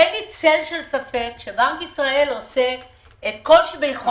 אין לי צל של ספק שבנק ישראל עושה את כל שביכולתו.